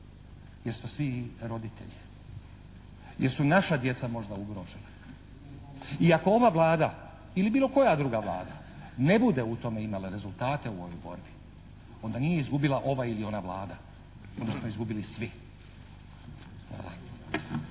jer smo svi roditelji, jer su naša djeca možda ugrožena. I ako ova Vlada ili bilo koja druga Vlada ne bude u tome imala rezultate u ovoj borbi onda nije izgubila ova ili ona Vlada već smo izgubili svi.